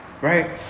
Right